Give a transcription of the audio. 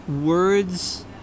words